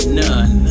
none